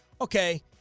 okay